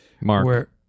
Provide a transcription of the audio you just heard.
Mark